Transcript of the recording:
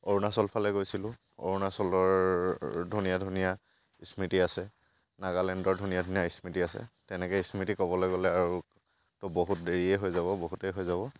অৰুণাচলফালে গৈছিলোঁ অৰুণাচলৰ ধুনীয়া ধুনীয়া স্মৃতি আছে নাগালেণ্ডৰ ধুনীয়া ধুনীয়া স্মৃতি আছে তেনেকৈ স্মৃতি ক'বলৈ গ'লে আৰু তহ বহুত দেৰিয়ে হৈ যাব বহুতে হৈ যাব